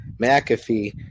McAfee